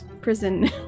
prison